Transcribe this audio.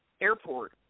airport